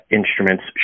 instruments